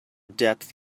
depth